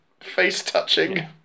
face-touching